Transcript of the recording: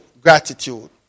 gratitude